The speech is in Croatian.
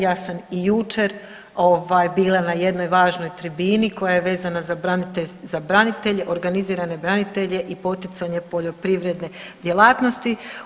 Ja sam i jučer bila na jednoj važnoj tribini koja je vezana za branitelje, organizirane branitelje i poticanje poljoprivredne djelatnosti.